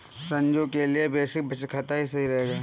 रंजू के लिए बेसिक बचत खाता ही सही रहेगा